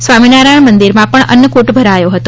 સ્વામીનારાયમ મંદિરમાં પણ અન્નફ્રટ ભરાયો હતો